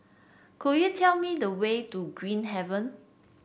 could you tell me the way to Green Haven